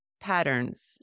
patterns